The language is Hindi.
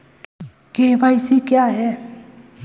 के.वाई.सी क्या है?